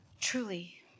Truly